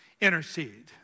Intercede